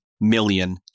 million